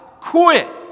quit